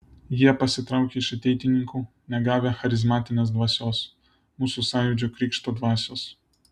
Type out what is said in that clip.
jie pasitraukė iš ateitininkų negavę charizmatinės dvasios mūsų sąjūdžio krikšto dvasios